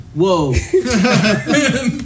Whoa